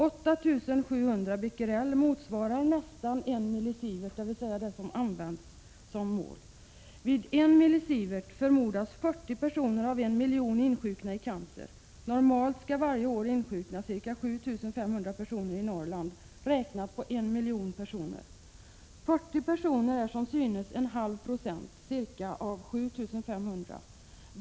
8 700 Bq motsvarar nästan 1 millisievert. Vid 1 millisievert förmodas 40 personer av en miljon insjukna i cancer. »Normalt» ska varje år insjukna ca 7 500 personer i Norrland, räknat på 1 miljon personer. 40 personer är som synes en halv procent, ca, av 7 500.